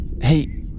Hey